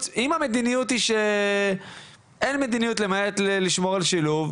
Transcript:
אם המדיניות היא שאין מדיניות למעט מלשמור על שילוב,